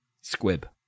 Squib